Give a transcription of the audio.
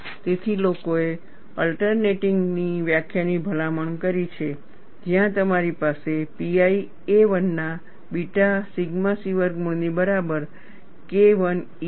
તેથી લોકોએ ઓલટરનેટિનગ વ્યાખ્યાની ભલામણ કરી છે જ્યાં તમારી પાસે pi a 1 ના બીટા સિગ્મા c વર્ગમૂળની બરાબર K1e છે